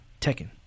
Tekken